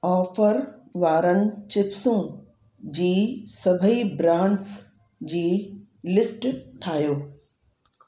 offer वारनि चिप्सूं जी सभेई ब्रांड्स जी लिस्ट ठाहियो